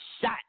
shot